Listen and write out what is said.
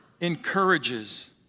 encourages